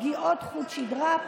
פגיעות חוט שדרה,